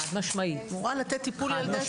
היא אמורה לתת טיפול לילדי אסירים.